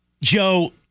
Joe